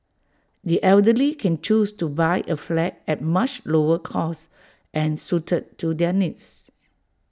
the elderly can choose to buy A flat at much lower cost and suited to their needs